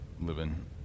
living